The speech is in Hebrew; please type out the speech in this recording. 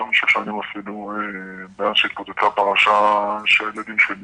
אותם שש שנים מאז שהתפוצצה הפרשה של הילדים שלי